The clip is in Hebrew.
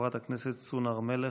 חברת הכנסת לימור סון הר מלך.